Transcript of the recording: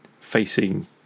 facing